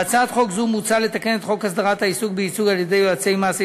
בהצעת חוק זו מוצע לתקן את חוק הסדרת העיסוק בייצוג על-ידי יועצי מס,